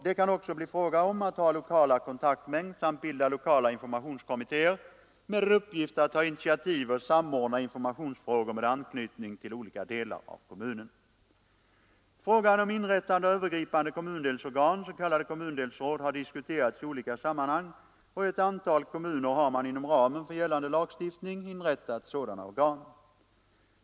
Det kan också bli fråga om att ha lokala kontaktmän samt bilda lokala informationskommittéer med uppgift att ta initiativ och samordna informationsfrågor med anknytning till olika delar av kommunen. Frågan om inrättande av övergripande kommundelsorgan, s.k. kommundelsråd, har diskuterats i olika sammanhang, och i ett antal kommuner har man inom ramen för gällande lagstiftning inrättat sådana organ.